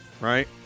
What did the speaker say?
right